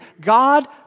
God